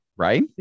Right